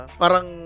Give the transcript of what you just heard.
parang